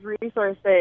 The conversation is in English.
resources